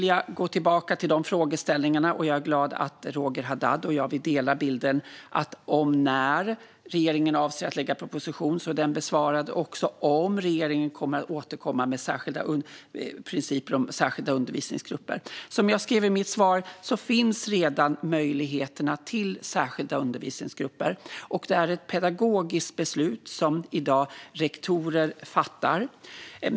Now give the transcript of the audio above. Jag är glad att Roger Haddad och jag delar bilden och vill gå tillbaka till frågeställningarna om när regeringen avser att lägga fram en proposition och om regeringen kommer att återkomma med principer om särskilda undervisningsgrupper. Som jag sa i mitt svar finns redan möjligheter till särskilda undervisningsgrupper. Det är ett pedagogiskt beslut som i dag rektorer fattar.